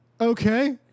Okay